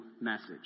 message